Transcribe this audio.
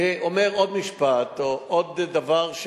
אני אומר עוד משפט, או עוד דבר: